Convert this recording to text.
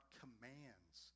commands